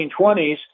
1920s